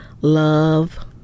love